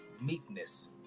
meekness